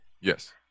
yes